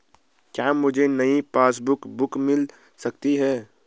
क्या मुझे नयी पासबुक बुक मिल सकती है?